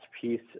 piece